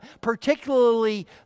particularly